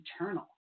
eternal